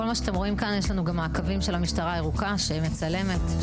יש לנו גם מעקבים של המשטרה הירוקה שמצלמת,